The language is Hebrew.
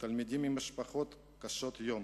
תלמידים ממשפחות קשות יום